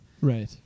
right